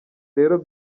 rero